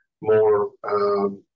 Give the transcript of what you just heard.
more